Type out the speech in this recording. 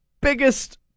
biggest